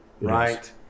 right